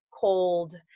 cold